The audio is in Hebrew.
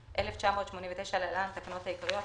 התשמ"ט-1989 (להלן, התקנות העיקריות)